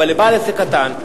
אבל לבעל עסק קטן,